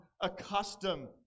accustomed